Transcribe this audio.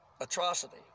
atrocity